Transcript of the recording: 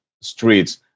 streets